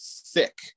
thick